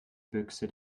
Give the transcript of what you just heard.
büchse